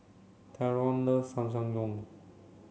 Tyron loves Samgeyopsal